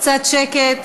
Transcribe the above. קצת שקט.